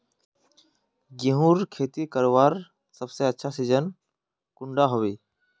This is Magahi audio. गेहूँर खेती करवार सबसे अच्छा सिजिन कुंडा होबे?